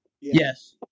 Yes